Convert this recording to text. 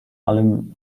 allem